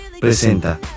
presenta